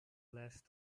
last